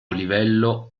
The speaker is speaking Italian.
livello